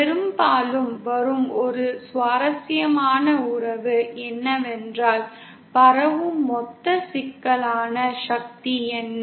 பெரும்பாலும் வரும் ஒரு சுவாரஸ்யமான உறவு என்னவென்றால் பரவும் மொத்த சிக்கலான சக்தி என்ன